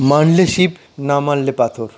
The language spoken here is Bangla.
মানলে শিব না মানলে পাথর